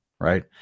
right